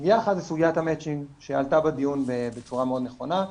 סוגיה אחת היא סוגיית המצ'ינג שעלתה בדיון בצורה מאוד נכונה,